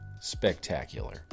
Spectacular